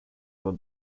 waren